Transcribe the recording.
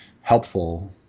helpful